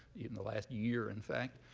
in the last year, in fact.